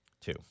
Two